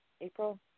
April